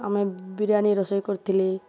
ଆମେ ବିରିୟାନୀ ରୋଷେଇ କରିଥିଲି